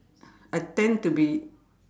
I tend to be